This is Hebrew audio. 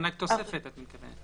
מענק תוספת, את מתכוונת.